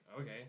okay